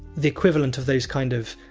the equivalent of those kind of!